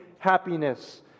happiness